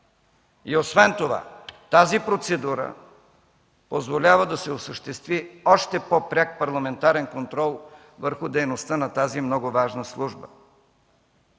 Освен това, процедурата позволява да се осъществи още по-пряк парламентарен контрол върху дейността на тази много важна служба.